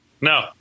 No